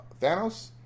Thanos